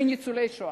לניצולי שואה.